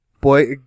Boy